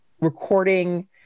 recording